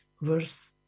verse